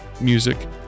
music